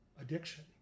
addiction